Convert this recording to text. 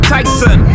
Tyson